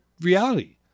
reality